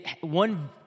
One